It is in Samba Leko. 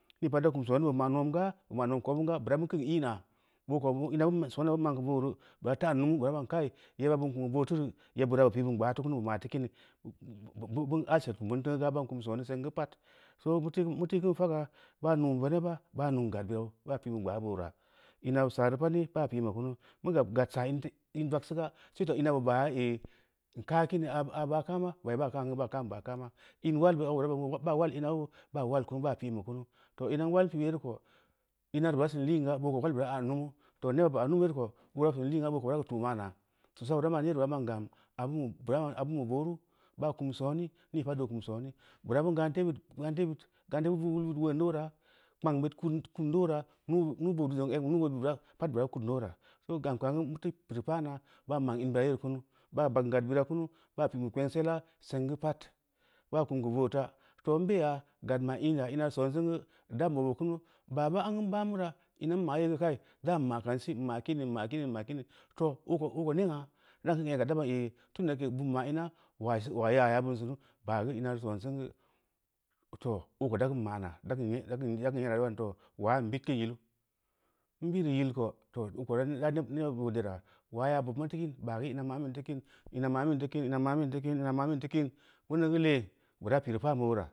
Nii pad da kum sooni, bu ma’ nan gaa, bu ma’ nan keu obin ga bura bin kiniina, boo ko ina bin ma’ soona bin ma’n kaa booreu, bira ta’n humu bira ban kai yeba bi kun geu boo teu reu yebbira lou pi bin gba’a teu reu yebbira lou pa’ bin gba’a feu kunu bu ma’ teu kimi, bu absel kum bin feu ngn ga bam kum soni seng geu pad. Soo muteu kin fega, ban mun veneba baa nuum gad birau, baa pīu gbaa bera m̄a ī saa reu pad ni baa pī’bu kenu, n gab gad saa in vegseu ga, seto ina bu baya ehh ī kaa kin aa ba’ kaāma baa kim geu bon kam ba’ kaama m̄ walbeya īra ban ban wal inaoo baa wal kunu ba pi ba kunu, too ina a wal pii bu yere ko, m̄a reu bura sin liin ga, boo ko wal bura a’n lumu, too neba bu aa lumu reu ko boowa bu reu sin liin ga, boo ko bara tu’ ma’na, fusa buro ma’n yare gan bura ma’n obin be booni, baa kuru sooni, nii bad oo fum sooni, buda bin gante wal bin bid uleu’n neu aueura, kpang bid kudu teu meura, nuu-bood zong egu bu bira pad bura kud feu uuera, kam geu muteu pireu paana ban ma’n in bira yee kunu, baa bagn gad bira kunu, baa pī’ bu kpengsela seng geu pad, baa kun geu boo to, foo a beya gad ma’ īn nu ma reu san singu, dan bobu kunu, n baa gu amgu n baa mura, ina n mo’ yee geu kai doo n maa kam si, n ma’ kin, n ma’ kin n ma’ kin, too ooko nengna dan kin oga da bom egg tunda yake lim ma’ ina ulaa yaaya bin seunu, baa geu ina reu sonsin geu, too oko dakin ma na’a da kin year da baa too waa n bid kin yilu, n bireu yil ko too ooko da nebo bid deera ulua yea bob nu teu kin baa geu ina ma’ bin teu kin, ina ma bin teu kim, ma ma’bin teu kim beuneu geu lee? Bura pireu pan bu uleura.